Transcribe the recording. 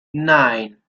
nine